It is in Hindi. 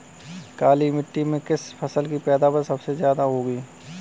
काली मिट्टी में किस फसल की पैदावार सबसे ज्यादा होगी?